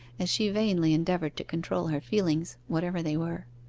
as she vainly endeavoured to control her feelings, whatever they were.